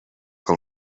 que